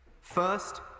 First